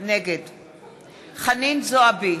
נגד חנין זועבי,